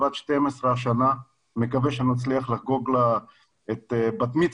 בת 12 השנה ונקווה שנצליח לחגוג לה בת מצווש.